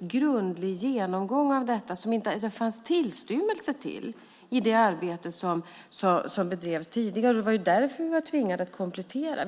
grundlig genomgång av detta som det inte fanns tillstymmelse till i det arbete som bedrevs tidigare. Det var därför vi var tvingade att komplettera.